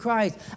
Christ